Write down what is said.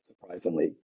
surprisingly